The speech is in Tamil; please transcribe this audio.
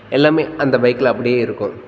எல்லாமே அந்த பைக்கில் அப்படியே இருக்கும்